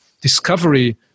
discovery